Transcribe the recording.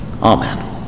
Amen